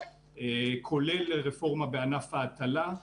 כולל רפורמה בענף ההטלה.